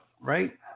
right